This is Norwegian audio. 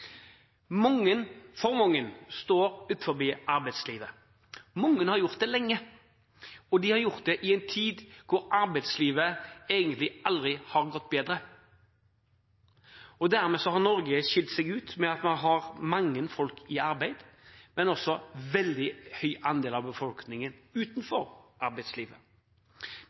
mange står utenfor arbeidslivet. Mange har gjort det lenge, og de har gjort det i en tid da arbeidslivet egentlig aldri har gått bedre. Dermed har Norge skilt seg ut ved at man har mange folk i arbeid, men også en veldig høy andel av befolkningen